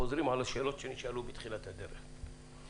חוזרים על השאלות שנשאלו בתחילת הדרך.